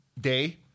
Day